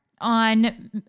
on